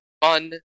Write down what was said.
fun